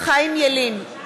חיים ילין,